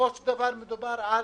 שבסופו של דבר מדובר על